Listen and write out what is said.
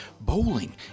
Bowling